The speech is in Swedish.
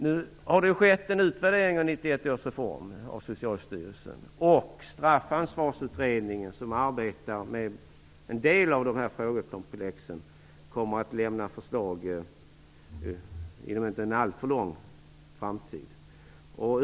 Nu har det skett en utvärdering av 1991 års reform av socialstyrelsen, och Straffansvarsutredningen som arbetar med en del av de här frågekomplexen kommer att lämna förslag inom en inte alltför avlägsen framtid.